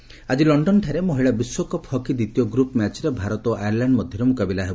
ମହିଳା ହକି ଆକି ଲଣ୍ଡନଠାରେ ମହିଳା ବିଶ୍ୱକପ୍ ହକି ଦ୍ୱିତୀୟ ଗ୍ରୁପ ମ୍ୟାଚରେ ଭାରତ ଓ ଆୟାରଲାଣ୍ଡ ମଧ୍ୟରେ ମୁକାବିଲା ହେବ